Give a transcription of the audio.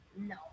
no